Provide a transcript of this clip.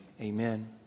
Amen